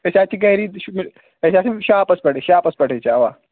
أسۍ حظ چھِ گَرِ أسۍ حظ چھٕ شاپَس پٮ۪ٹھٕے شاپَس پٮ۪ٹھٕے چھٕ اوٕ